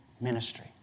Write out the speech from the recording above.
ministry